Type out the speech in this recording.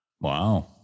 Wow